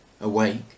Awake